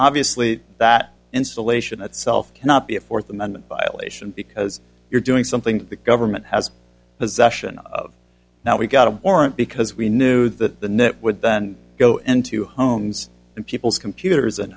obviously that installation itself cannot be a fourth amendment violation because you're doing something that the government has possession of now we got a warrant because we knew that the net would then go into homes and people's computers a